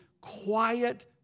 quiet